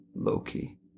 Loki